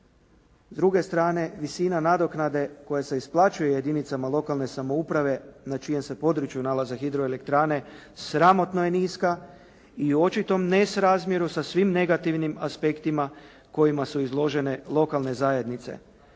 S druge strane, visina nadoknade koja se isplaćuje jedinicama lokalne samouprave na čijem se području nalaze hidroelektrane sramotno je niska i u očitom nesrazmjeru sa svim negativnim aspektima kojima su izložene lokalne zajednice